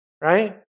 Right